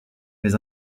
mais